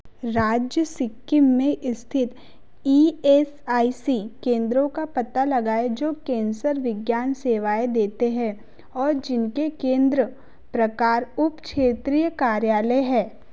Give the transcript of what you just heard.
राज्य सिक्किम में स्थित ई एस आई सी केंद्रों का पता लगाएँ जो कैंसर विज्ञान सेवाएँ देते हैं और जिनके केंद्र प्रकार उप क्षेत्रीय कार्यालय हैं